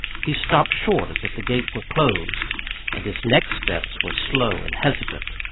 he stopped short as if the gate were closed and his next steps were slow and hesitant.